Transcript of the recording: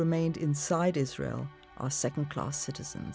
remained inside israel are second class citizens